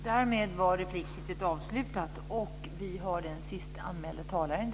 Fru talman!